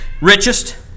richest